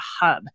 hub